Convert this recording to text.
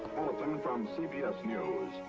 i mean from cbs news.